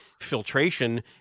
filtration